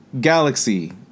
galaxy